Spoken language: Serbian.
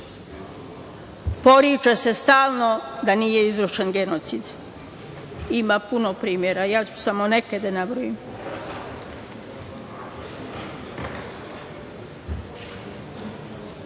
Poriče se stalno da nije izvršen genocid. Ima puno primera. Ja ću samo neke da nabrojim. Danas